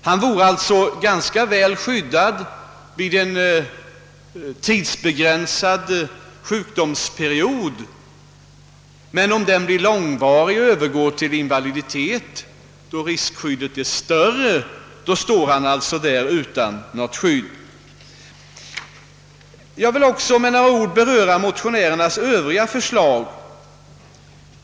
Han vore ganska väl skyddad vid en tidsbegränsad sjukdomsperiod, men om den blir långvarig och sjukdomen övergår till invaliditet, står han där utan något skydd fastän det då behövs i än högre grad. Jag vill också med några ord beröra motionärernas Övriga förslag.